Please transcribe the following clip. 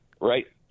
right